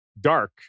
dark